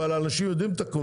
אבל אנשים יודעים את זה,